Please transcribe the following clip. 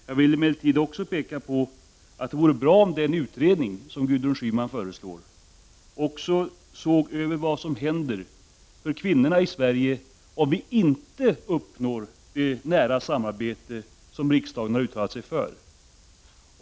Jag vill emellertid också peka på att det vore bra om den utredning som Gudrun Schyman föreslår även såg över vad som händer för kvinnorna i Sverige, om vi inte uppnår det nära samarbete som riksdagen har uttalat sig för.